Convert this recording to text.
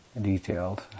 detailed